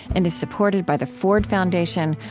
and is supported by the ford foundation,